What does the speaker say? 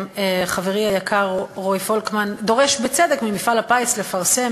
חברי היקר רועי פולקמן דורש בצדק ממפעל הפיס לפרסם